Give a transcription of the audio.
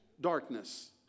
darkness